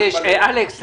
הזה --- אלכס,